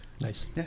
Nice